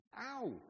Ow